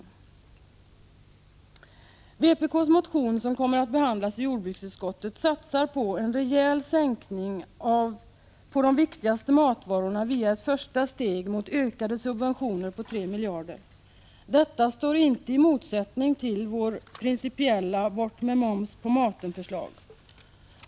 I vpk:s motion, som kommer att behandlas i jordbruksutskottet, satsas på en rejäl prissänkning på de viktigaste matvarorna via ett första steg med ökade subventioner på tre miljarder. Detta står inte i motsättning till vårt principiella bort-med-momspå-maten-förslag.